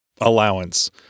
allowance